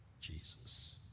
Jesus